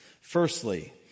Firstly